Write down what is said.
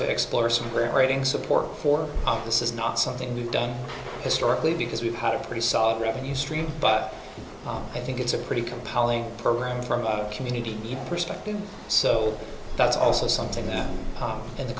to explore some great writing support for this is not something we've done historically because we've had a pretty solid revenue stream but i think it's a pretty compelling program from a community perspective so that's also something that in the